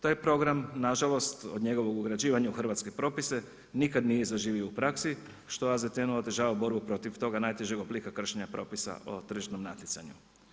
Taj program, nažalost, od njegovog ugrađivanja u hrvatske propise nikada nije zaživio u praksi što AZTN-u otežava borbu protiv toga najtežeg oblika kršenja propisa o tržišnom natjecanju.